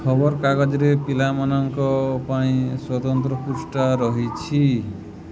ଖବରକାଗଜରେ ପିଲାମାନଙ୍କ ପାଇଁ ସ୍ୱତନ୍ତ୍ର ପୃଷ୍ଠା ରହିଛି